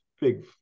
big